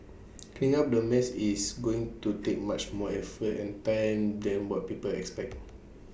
cleaning up the mess is going to take much more effort and time than what people expect